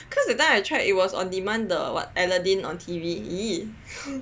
because that time I tried it was on demand the what Aladdin on TV !ee!